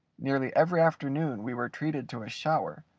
nearly every afternoon we were treated to a shower,